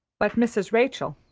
but mrs. rachel,